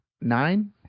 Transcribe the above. nine